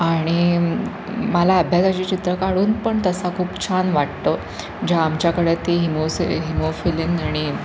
आणि मला अभ्यासाची चित्र काढून पण तसा खूप छान वाटतं ज्या आमच्याकडे ती हिमोसि हिमोफिलिंग आणि